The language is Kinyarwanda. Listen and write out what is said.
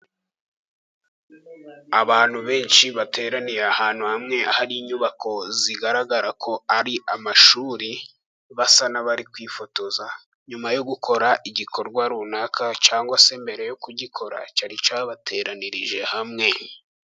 Abantu benshi bateraniye ahantu hamwe hari inyubako zigaragara ko ari amashuri. Basa nabari kwifotoza nyuma yo gukora igikorwa runaka, cyangwa se mbere yo kugikora cyari cyabateranirije hamwe.